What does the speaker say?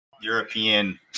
European